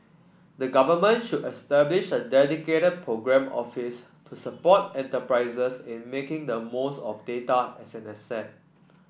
the government should establish a dedicated programme office to support enterprises in making the most of data as an asset